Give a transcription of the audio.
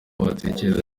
watekereza